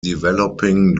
developing